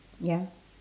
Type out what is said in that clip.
ya